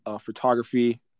photography